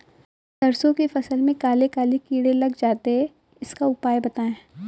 सरसो की फसल में काले काले कीड़े लग जाते इसका उपाय बताएं?